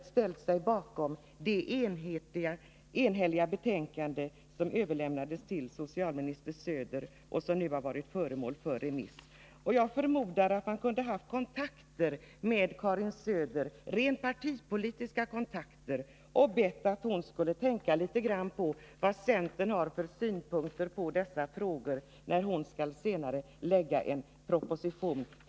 Han har ställt sig bakom det enhälliga betänkande som överlämnats till socialminister Söder och som nu har varit föremål för remiss. Jag förmodar att han kunde ha haft rent partipolitiska kontakter med Karin Söder och bett att hon skall tänka litet grand på vad centern har för grundläggande synpunkter på dessa frågor då hon senare skall framlägga en proposition.